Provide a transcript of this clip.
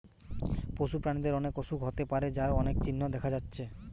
পশু প্রাণীদের অনেক অসুখ হতে পারে যার অনেক চিহ্ন দেখা যাচ্ছে